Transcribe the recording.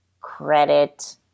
credit